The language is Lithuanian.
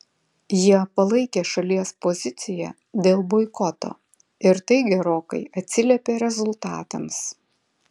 jie palaikė šalies poziciją dėl boikoto ir tai gerokai atsiliepė rezultatams